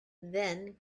then